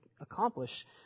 accomplish